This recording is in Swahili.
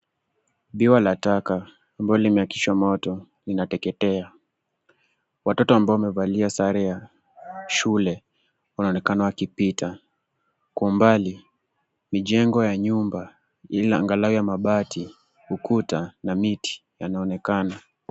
Biwa la taka ambalo limeakishwa moto linateketea watoto ambao wamevalia sare ya shule wanaonekana wakipita. Kwa mbali mijengo ya nyumba ile anglao ya mabati, ukuta na miti yanaonekana .